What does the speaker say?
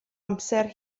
amser